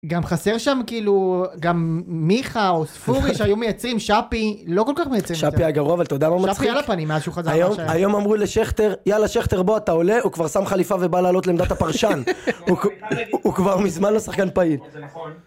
גם חסר שם כאילו, גם מיכה או ספורי שהיו מייצרים, שפי, לא כל כך מייצרים את זה. שפי היה גרוע, אבל אתה יודע מה מצחיק. שפי על הפנים, מאז שהוא חזר מהשאלה. היום אמרו לשכתר, יאללה שכתר בוא, אתה עולה, הוא כבר שם חליפה ובא לעלות למדת הפרשן. הוא כבר מזמן לא שחקן פעיל. זה נכון.